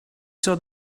saw